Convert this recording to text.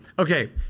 Okay